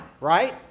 right